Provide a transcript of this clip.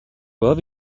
were